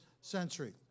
century